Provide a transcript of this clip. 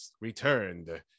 returned